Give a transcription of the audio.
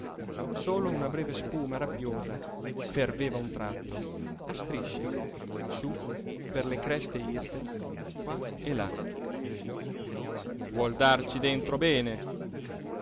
solo una breve spuma rabbiosa ferveva un tratto a strisce sú per le creste irte qua e là vuol darci dentro bene